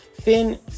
Finn